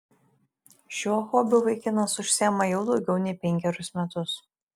šiuo hobiu vaikinas užsiima jau daugiau nei penkerius metus